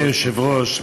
אדוני היושב-ראש,